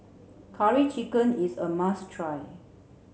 curry chicken is a must try